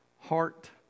heart